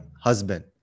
husband